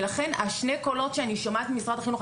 ולכן שני הקולות שאני שומעת משרד החינוך,